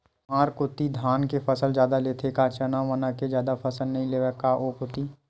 तुंहर कोती धाने के फसल जादा लेथे का चना वना के जादा फसल नइ लेवय का ओ कोती?